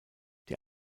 der